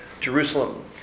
Jerusalem